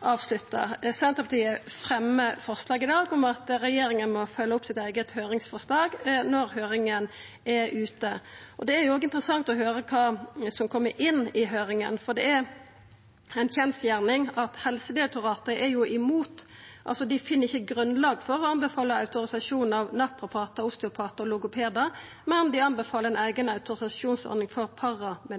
avslutta. Senterpartiet fremjar forslag i dag om at regjeringa må følgja opp sitt eige høyringsforslag når høyringsfristen er ute. Det er òg interessant å høyra kva som kjem inn på høyringa, for det er ei kjensgjerning at Helsedirektoratet er imot. Dei finn ikkje grunnlag for å anbefala autorisasjon av naprapatar, osteopatar og logopedar, men